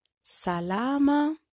salama